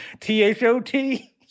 T-H-O-T